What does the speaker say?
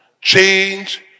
Change